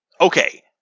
Okay